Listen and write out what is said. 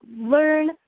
learn